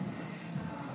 תרגומם: